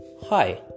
Hi